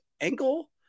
ankle